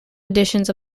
editions